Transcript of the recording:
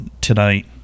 tonight